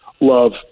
love